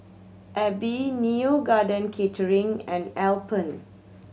Aibi Neo Garden Catering and Alpen